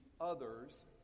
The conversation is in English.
others